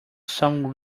some